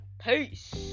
peace